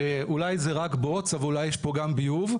שאולי זה רק בוץ אבל אולי יש פה גם ביוב,